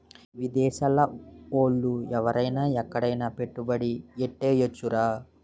విదేశాల ఓళ్ళు ఎవరైన ఎక్కడైన పెట్టుబడి ఎట్టేయొచ్చురా